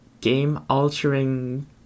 game-altering